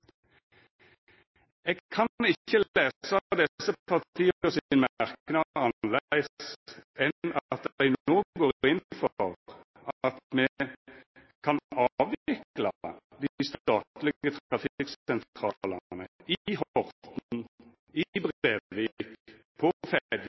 Eg kan ikkje lesa desse partia sin merknad annleis enn at dei no går inn for at me kan avvikla dei statlege trafikksentralane i